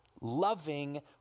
loving